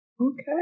Okay